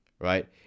right